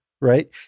right